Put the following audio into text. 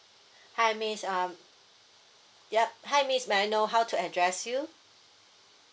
hi miss um yup hi miss may I know how to address you